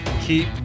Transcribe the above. keep